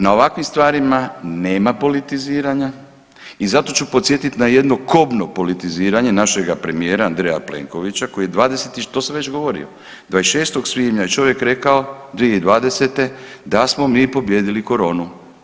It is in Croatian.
Na ovakvim stvarima nema politiziranja i zato ću podsjetiti na jedno kobno politiziranje našega premijera Andreja Plenkovića koji je to sam već i govorio koji je 26. svibnja čovjek je rekao 2020. da smo mi pobijedili koronu.